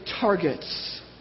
targets